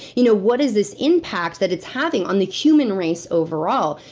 you know what is this impact that it's having on the human race, overall.